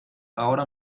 ahora